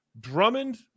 Drummond